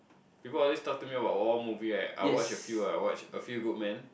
people about talk to me war movie right I watch a few ah I watch a few good man